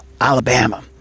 alabama